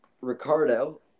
Ricardo